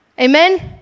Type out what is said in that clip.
Amen